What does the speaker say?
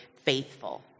faithful